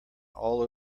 all